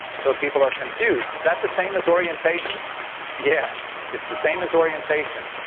so people are confused is that the same as orientation yes, it's the same as orientation.